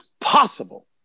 possible